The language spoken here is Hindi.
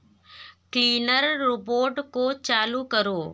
क्लीनर रोबोट को चालू करो